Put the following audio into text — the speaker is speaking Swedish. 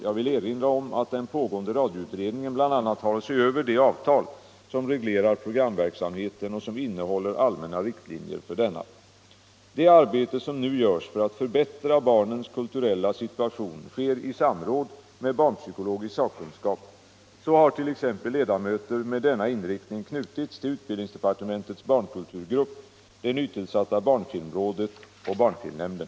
Jag vill erinra om att den pågående radioutredningen bl.a. har att se över det avtal som reglerar programverksamheten och som innehåller allmänna riktlinjer för denna. Det arbete som nu görs för att förbättra barnens kulturella situation sker i samråd med barnpsykologisk sakkunskap. Så har t.ex. ledamöter med denna inriktning knutits till utbildningsdepartementets barnkulturgrupp, det nytillsatta barnfilmrådet och barnfilmnämnden.